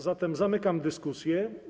Zatem zamykam dyskusję.